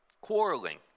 quarreling